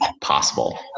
possible